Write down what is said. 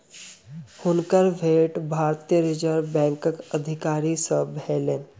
हुनकर भेंट भारतीय रिज़र्व बैंकक अधिकारी सॅ भेलैन